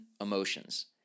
emotions